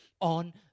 On